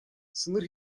sınır